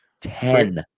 Ten